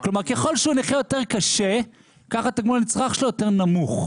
כלומר ככל שהוא נכה יותר קשה ככה תגמול הנצרך שלו יותר נמוך.